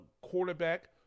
quarterback